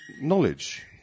knowledge